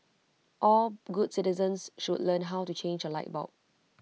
all good citizens should learn how to change A light bulb